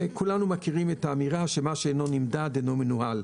וכולנו מכירים את האמירה שמה שאינו נמדד אינו מנוהל.